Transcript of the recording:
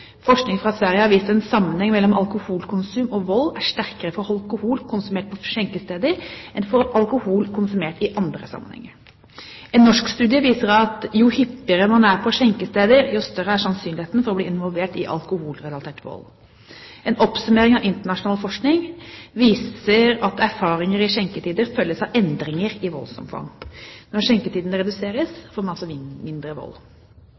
Forskning fra Sverige har vist at sammenhengen mellom alkoholkonsum og vold er sterkere ved alkohol konsumert på skjenkesteder enn ved alkohol konsumert i andre sammenhenger. En norsk studie viser at jo hyppigere man er på skjenkesteder, jo større er sannsynligheten for å bli involvert i alkoholrelatert vold. En oppsummering av internasjonal forskning viser at endringer i skjenketider følges av endringer i voldsomfang. Når skjenketidene reduseres, får man altså mindre vold.